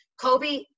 Kobe